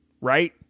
right